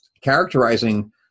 characterizing